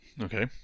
Okay